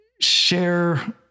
share